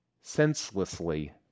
senselessly